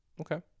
Okay